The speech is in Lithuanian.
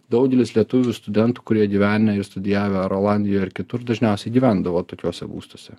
daugelis lietuvių studentų kurie gyvenę ir studijavę ar olandijoj ar kitur dažniausiai gyvendavo tokiuose būstuose